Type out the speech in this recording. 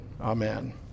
Amen